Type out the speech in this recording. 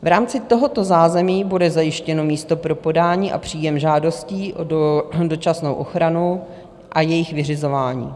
V rámci tohoto zázemí bude zajištěno místo pro podání a příjem žádostí o dočasnou ochranu a jejich vyřizování.